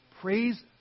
praise